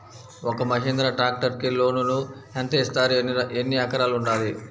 ఒక్క మహీంద్రా ట్రాక్టర్కి లోనును యెంత ఇస్తారు? ఎన్ని ఎకరాలు ఉండాలి?